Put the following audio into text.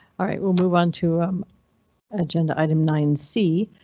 alright, we'll move on to um agenda item nine c.